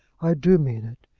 i do mean it.